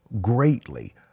greatly